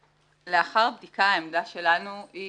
לאחר בדיקה, העמדה שלנו היא